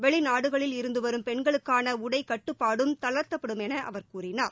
வெளிநாடுகளில் இருந்து வரும் பெண்களுக்கான உடை கட்டுப்பாடும் தளர்த்தப்படும் என அவர் கூறினார்